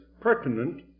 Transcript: pertinent